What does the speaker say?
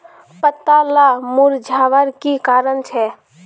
पत्ताला मुरझ्वार की कारण छे?